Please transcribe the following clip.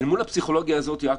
יעקב,